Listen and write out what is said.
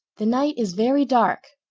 the night is very dark.